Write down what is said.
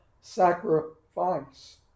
sacrifice